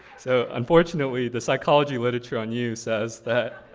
so unfortunately the psychology literature on you says that,